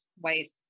white